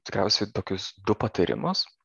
tikriausiai tokius du patarimus